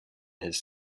his